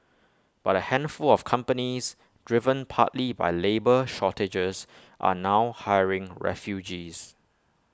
but A handful of companies driven partly by labour shortages are now hiring refugees